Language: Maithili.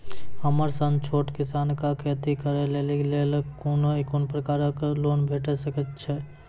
हमर सन छोट किसान कअ खेती करै लेली लेल कून कून प्रकारक लोन भेट सकैत अछि?